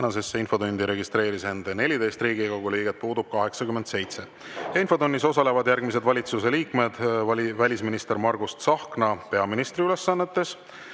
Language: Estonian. infotundi registreeris end 14 Riigikogu liiget, puudub 87.Infotunnis osalevad järgmised valitsuse liikmed: välisminister Margus Tsahkna peaministri ülesannetes,